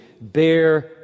bear